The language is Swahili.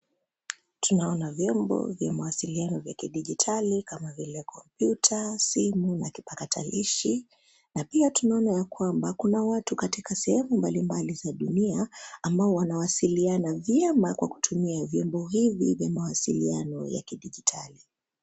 Tunaona vyombo vya mawasiliano vya kidijitali kama vile kompyuta, simu na kipakatalishi, na pia tunaona ya kwamba kuna watu katika sehemu mbalimbali za dunia, ambao wanawasiliana vyema kwa kutumia vyombo hivi vya mawasiliano ya kidijitali.